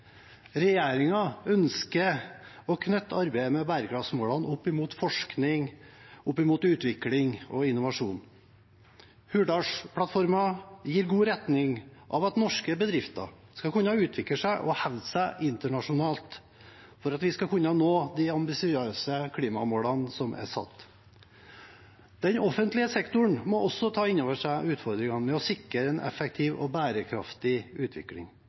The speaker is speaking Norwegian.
ønsker å knytte arbeidet med bærekraftsmålene opp mot forskning, utvikling og innovasjon. Hurdalsplattformen gir god retning for at norske bedrifter skal kunne utvikle seg og hevde seg internasjonalt, slik at vi skal kunne nå de ambisiøse klimamålene som er satt. Den offentlige sektoren må også ta inn over seg utfordringen med å sikre en effektiv og bærekraftig utvikling.